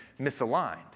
misaligned